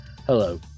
Hello